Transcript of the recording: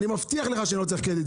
אני מבטיח לך שלא צריך קרדיט.